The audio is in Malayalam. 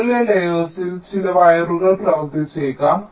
മുകളിലെ ലേയേർസിൽ ചില വയറുകൾ പ്രവർത്തിച്ചേക്കാം